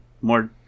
more